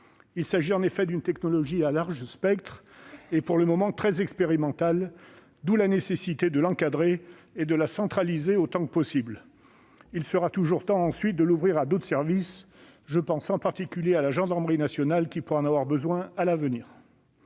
Il s'agit en effet d'une technologie à large spectre et pour le moment très expérimentale ; d'où la nécessité d'encadrer et de centraliser son usage autant que possible. Il sera toujours temps ensuite de l'ouvrir à d'autres services- je pense en particulier à la gendarmerie nationale, qui pourrait à l'avenir